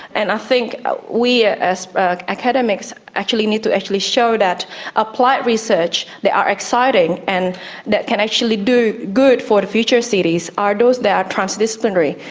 and i think we as academics actually need to show that applied research, they are exciting, and that can actually do good for the future cities are those that are transdisciplinary,